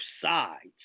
sides